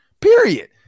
period